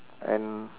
and